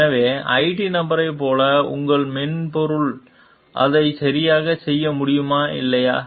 எனவே IT நபரைப் போல உள்ள மென்பொருள் அதைச் சரியாகச் செய்ய முடியுமா இல்லையா